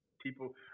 people